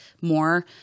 more